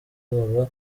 baba